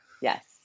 Yes